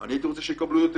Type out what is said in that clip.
אני הייתי רוצה שיקבלו יותר